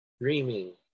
dreaming